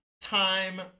time